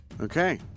Okay